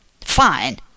fine